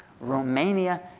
Romania